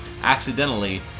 accidentally